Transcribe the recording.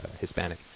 hispanic